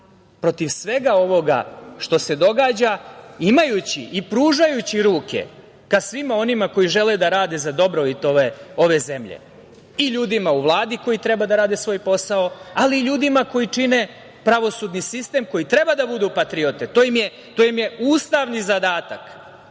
protiv svega ovoga što se događa, imajući i pružajući ruke ka svima onima koji žele da rade za dobrobit ove zemlje, i ljudima u Vladi koji treba da rade svoj posao, ali i ljudima koji čine pravosudni sistem, koji treba da budu patriote, to im je ustavni zadatak,